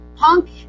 Punk